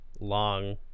long